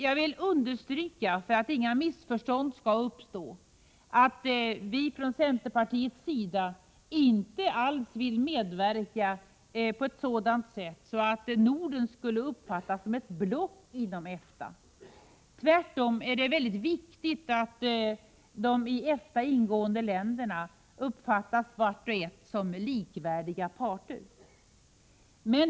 Jag vill understryka, för att inga missförstånd skall uppstå, att vi från centerpartiets sida inte alls vill medverka till att Norden skall uppfattas som ett block inom EFTA. Tvärtom är det mycket viktigt att de i EFTA ingående länderna uppfattas vart och ett som likvärdiga parter.